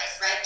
right